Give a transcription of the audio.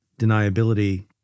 deniability